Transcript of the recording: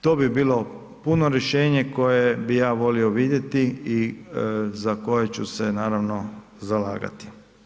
To bi bilo puno rješenje koje bi ja volio vidjeti i za koje ću se naravno zalagati.